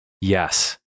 Yes